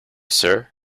sir